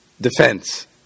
defense